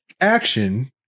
action